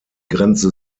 grenze